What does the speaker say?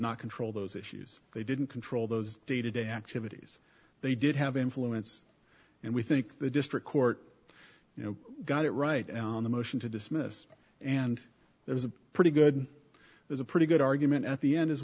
not control those issues they didn't control those day to day activities they did have influence and we think the district court you know got it right on the motion to dismiss and there's a pretty good there's a pretty good argument at the end as